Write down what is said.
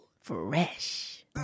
Fresh